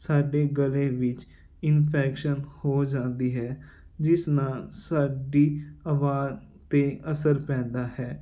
ਸਾਡੇ ਗਲੇ ਵਿੱਚ ਇਨਫੈਕਸ਼ਨ ਹੋ ਜਾਂਦੀ ਹੈ ਜਿਸ ਨਾਲ ਸਾਡੀ ਆਵਾਜ਼ 'ਤੇ ਅਸਰ ਪੈਂਦਾ ਹੈ